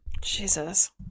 jesus